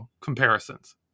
comparisons